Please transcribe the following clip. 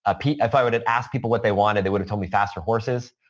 ah pete, if i would have asked people what they wanted, they would have told me faster horses,